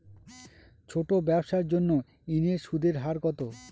ছোট ব্যবসার জন্য ঋণের সুদের হার কত?